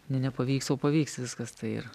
ne nepavyks o pavyks viskas tai ir